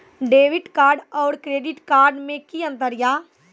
Debit card और credit card मे कि अंतर या?